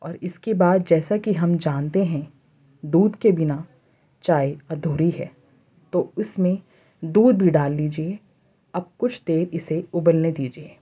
اور اس کے بعد جیسا کہ ہم جانتے ہیں دودھ کے بنا چائے ادھوری ہے تو اس میں دودھ بھی ڈال لیجیے اب کچھ دیر اسے ابلنے دیجیے